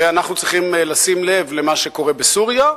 ואנחנו צריכים לשים לב למה שקורה בסוריה,